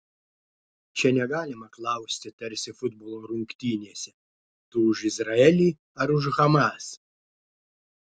čia negalima klausti tarsi futbolo rungtynėse tu už izraelį ar už hamas